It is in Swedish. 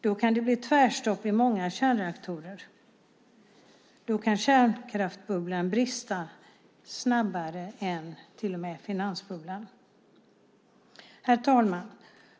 Då kan det bli tvärstopp i många kärnreaktorer. Då kan kärnkraftsbubblan brista snabbare än till och med finansbubblan. Herr talman!